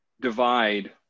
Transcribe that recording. divide